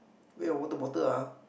where your water bottle ah